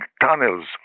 tunnels